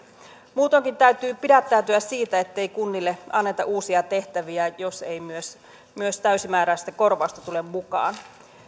muutoinkin täytyy pidättäytyä siitä ettei kunnille anneta uusia tehtäviä jos ei myös myös täysimääräistä korvausta tule mukaan